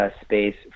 space